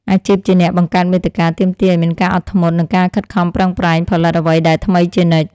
អាជីពជាអ្នកបង្កើតមាតិកាទាមទារឱ្យមានការអត់ធ្មត់ និងការខិតខំប្រឹងប្រែងផលិតអ្វីដែលថ្មីជានិច្ច។